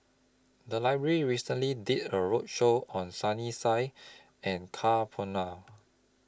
The Library recently did A roadshow on Sunny Sia and Ka Perumal